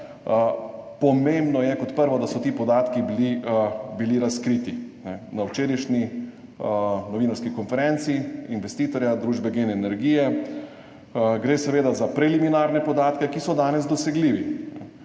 Pomembno je, kot prvo, da so ti podatki bili razkriti na včerajšnji novinarski konferenci investitorja družbe Gen energija. Gre seveda za preliminarne podatke, ki so danes dosegljivi.